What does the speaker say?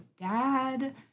Dad